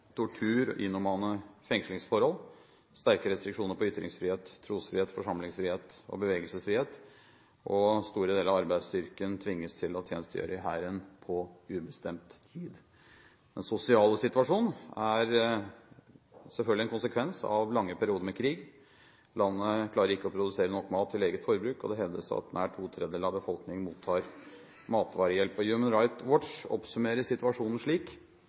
tortur og inhumane fengslingsforhold, sterke restriksjoner når det gjelder ytringsfrihet, trosfrihet, forsamlingsfrihet og bevegelsesfrihet, og store deler av arbeidsstyrken tvinges til å tjenestegjøre i hæren på ubestemt tid. Den sosiale situasjonen er selvfølgelig en konsekvens av lange perioder med krig. Landet klarer ikke å produsere nok mat til eget forbruk, og det hevdes at nær to tredjedeler av befolkningen mottar matvarehjelp. Human Rights Watch oppsummerer situasjonen slik: